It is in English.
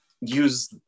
use